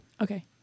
Okay